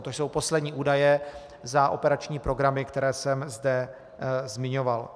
To jsou poslední údaje za operační programy, které jsem zde zmiňoval.